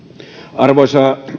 arvoisa